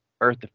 Earth